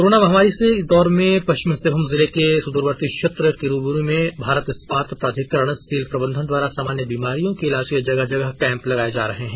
corona महामारी के इस दौर में पश्चिमी सिंहभूम जिले के सुदूरवर्ती क्षेत्र किरीबुरू में भारतीय इस्पात प्राधिकरण सेल प्रबंधन द्वारा सामान्य बीमारियों के इलाज के लिए जगह जगह कैंप लगाए जा रहे हैं